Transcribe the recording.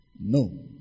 No